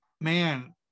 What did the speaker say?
man